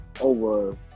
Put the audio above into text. over